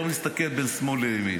לא מסתכל בין שמאל לימין.